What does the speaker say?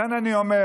לכן אני אומר,